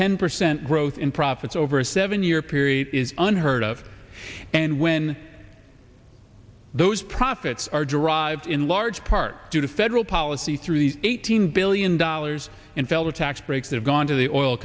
ten percent growth in profits over a seven year period is unheard of and when those profits are derived in large part due to federal policy through the eighteen billion dollars in fell the tax breaks that have gone to the oil